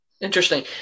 Interesting